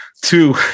Two